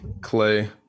Clay